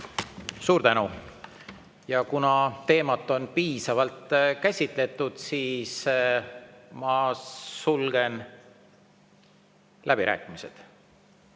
Suur tänu! Kuna teemat on piisavalt käsitletud, siis ma sulgen läbirääkimised.